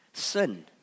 Sin